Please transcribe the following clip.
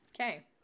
Okay